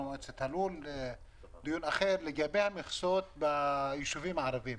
עם מועצת הלול בדיון אחר לגבי מכסות ביישובים הערביים.